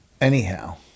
anyhow